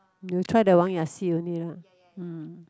you try the Wang-Ya see only ah mm